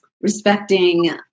respecting